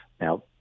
Now